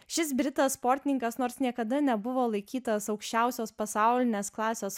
šis britas sportininkas nors niekada nebuvo laikytas aukščiausios pasaulinės klasės